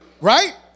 right